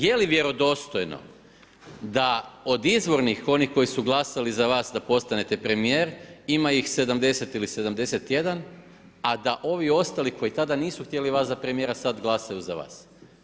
Je li vjerodostojno da od izvornih onih koji su glasali za vas da postanete premijer ima ih 70 ili 71 a da ovi ostali koji tada nisu htjeli vas za premijera sad glasaju za vas.